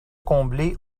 combler